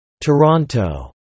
Toronto